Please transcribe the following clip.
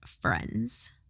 friends